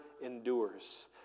endures